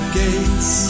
gates